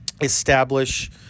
establish